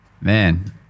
man